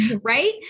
right